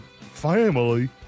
family